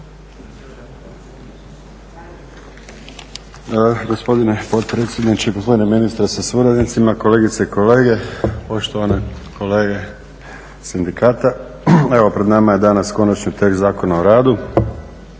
Gospodine potpredsjedniče, gospodine ministre sa suradnicima, kolegice i kolege, poštovane kolege iz sindikata. Evo pred nama je danas konačni tekst Zakona o radu,